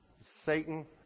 Satan